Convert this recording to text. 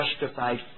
justified